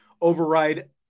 override